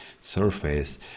surface